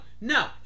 No